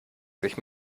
sich